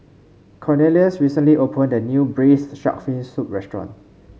Cornelius recently opened a new Braised Shark Fin Soup restaurant